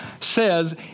says